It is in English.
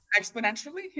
exponentially